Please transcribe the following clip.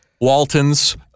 Waltons